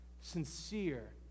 sincere